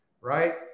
right